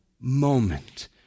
moment